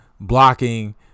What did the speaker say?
blocking